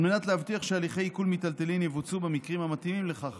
על מנת להבטיח שהליכי עיקול מיטלטלין יבוצעו במקרים המתאימים לכך